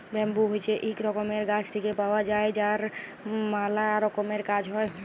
bamboo হছে ইক রকমের গাছ থেক্যে পাওয়া যায় যার ম্যালা রকমের কাজ হ্যয়